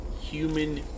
human